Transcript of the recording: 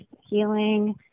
healing